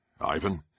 Ivan